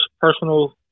personal